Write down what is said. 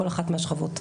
בכל אחת מהשכבות.